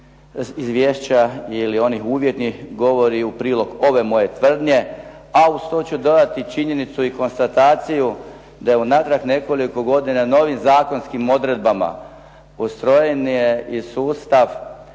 izvješća ili onih uvjetnih govori u prilog ove moje tvrdnje, a uz to ću dodati činjenicu i konstataciju da je unatrag nekoliko godina novim zakonskim odredbama ustrojen i sustav